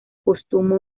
póstumo